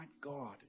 God